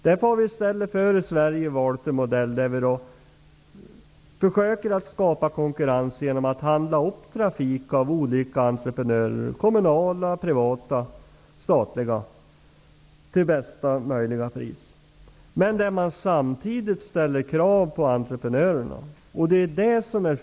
Därför har vi i Sverige försökt att välja en modell där det skapas konkurrens genom att upphandla trafik av olika entreprenörer -- det kan vara kommunala, privata eller statliga företag -- till bästa möjliga pris. Då ställs det samtidigt krav på entreprenörerna.